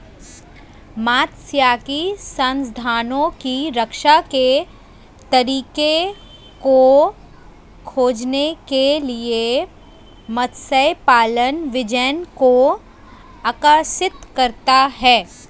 मात्स्यिकी संसाधनों की रक्षा के तरीकों को खोजने के लिए मत्स्य पालन विज्ञान को आकर्षित करता है